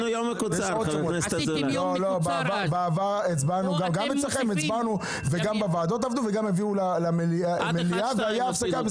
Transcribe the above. גם הוועדות עבדו וגם הביאו למליאה והייתה הפסקה.